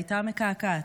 הייתה מקעקעת.